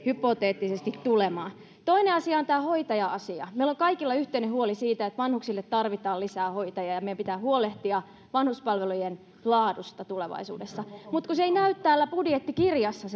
hypoteettisesti tulemaan toinen asia on tämä hoitaja asia meillä on kaikilla yhteinen huoli siitä että vanhuksille tarvitaan lisää hoitajia ja meidän pitää huolehtia vanhuspalvelujen laadusta tulevaisuudessa mutta kun se teidän hoitajapuheenne ei näy täällä budjettikirjassa